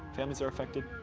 families are affected.